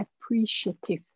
appreciative